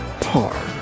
Par